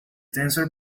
tensor